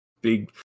big